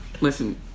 listen